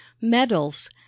medals